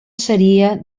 seria